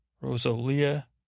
Rosalia